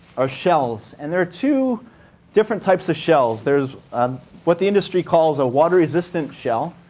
are shells. and there are two different types of shells. there's um what the industry calls a water resistant shell,